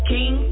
King